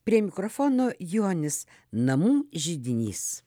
prie mikrofono jonis namų židinys